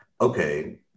okay